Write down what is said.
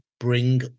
Bring